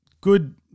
good